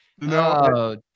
No